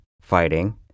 fighting